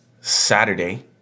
Saturday